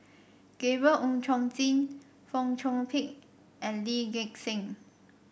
Gabriel Oon Chong Jin Fong Chong Pik and Lee Gek Seng